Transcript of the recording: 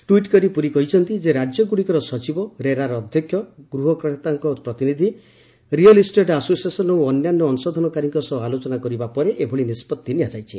tweet କରି ପୁରୀ କହିଛନ୍ତି ଯେ ରାଜ୍ୟଗୁଡ଼ିକର ସଚିବ ରେରାର ଅଧ୍ୟକ୍ଷ ଗୃହକର୍ତ୍ତାଙ୍କ ପ୍ରତିନିଧି ରିୟଏ ଇଷ୍ଟେଟ୍ ଆସୋସିଏସନ୍ ଓ ଅନ୍ୟାନ୍ୟ ଅଂଶଧନକାରୀଙ୍କ ସହ ଆଲୋଚନା କରିବା ପରେ ଏଭଳି ନିଷ୍ପଭି ନିଆଯାଇଛି